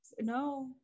no